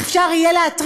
יהיה אפשר להתריע,